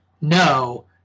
no